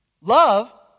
Love